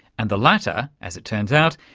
and the latter, as it turns out,